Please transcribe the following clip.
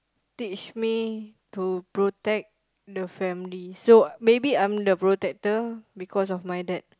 teach me to protect the family so maybe I'm the protector because of my dad